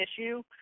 issue